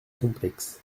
complexes